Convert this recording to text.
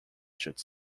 should